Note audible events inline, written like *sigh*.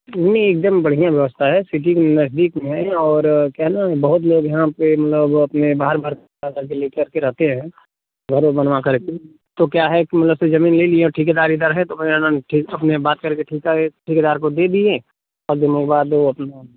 नहीं एकदम बढ़िया व्यवस्था है सिटी भी नजदीक में है और क्या है ना बहुत लोग यहाँ पे मतलब अपने बाहर बाहर *unintelligible* लेकर के रहते हैं घर अर बनवा करके तो क्या है कि मतलब फिर जमीन ले लिया ठेकेदार इधर है तो बयाना अपने बात करके ठेका ठेकेदार को दे दिए कुछ दिनों बाद वो अपना